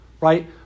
right